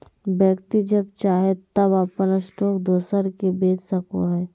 व्यक्ति जब चाहे तब अपन स्टॉक दोसर के बेच सको हइ